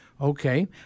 Okay